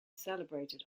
celebrated